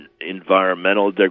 environmental